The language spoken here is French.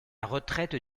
retraite